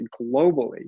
globally